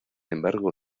embargo